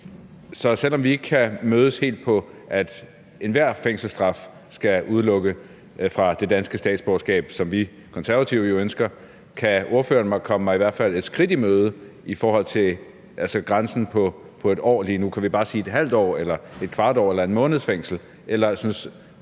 Selv om vi ikke helt kan mødes, når det gælder, at enhver fængselsstraf skal udelukke fra det danske statsborgerskab, som De Konservative jo ønsker, kan ordføreren så komme mig et skridt i møde i forhold til grænsen på 1 år? Kan vi bare sige et 1/2 års, 1/4 års eller 1 måneds fængsel?